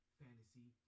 fantasy